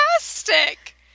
fantastic